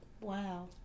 Wow